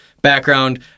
Background